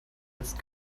jetzt